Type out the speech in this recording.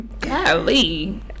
golly